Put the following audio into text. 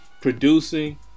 producing